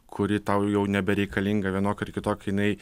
kuri tau jau nebereikalinga vienokia ar kitokia jinai